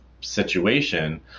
situation